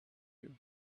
you